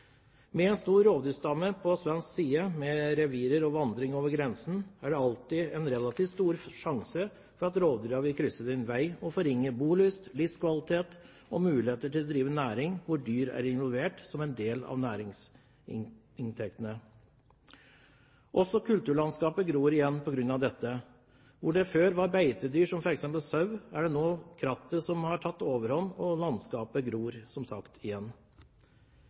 Med en stor rovdyrstamme på svensk side med revirer og vandring over grensen er det alltid en relativt stor sjanse for at rovdyrene vil krysse din vei og forringe bolyst, livskvalitet og mulighetene til å drive næring hvor dyr er involvert som en del av næringsinntektene. Også kulturlandskapet gror igjen på grunn av dette. Der det før var beitedyr, som f.eks. sau, har nå krattet tatt overhånd, og landskapet gror som sagt igjen.